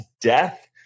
death